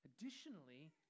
Additionally